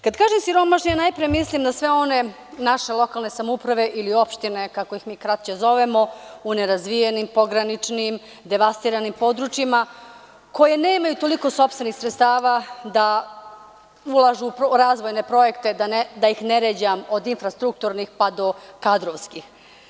Kada kažem siromašni najpre mislim na sve one naše lokalne samouprave ili opštine, kako ih mi kraće zovemo, u nerazvijenim pograničnim, devastiranim područjima, koje nemaju toliko sopstvenih sredstava da ulažu u razvojne projekte, da ne ređam, od infrastrukturnih, pa do kadrovskih.